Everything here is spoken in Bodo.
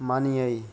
मानियै